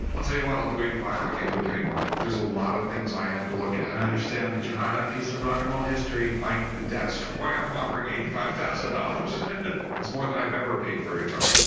i'll tell you what. i'll do eighty five. i can't do a penny more. there's a lot of things i have to look at. i understand, but you're buying a piece of rock and roll history. i that's why i'm offering eighty five thousand dollars. rick harrison that's more than i've ever paid for a guitar.